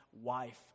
wife